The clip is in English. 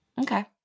okay